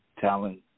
talent